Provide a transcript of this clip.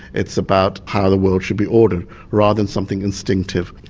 it's about how the world should be ordered rather than something instinctive.